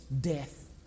death